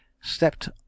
stepped